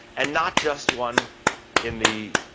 and not just one in the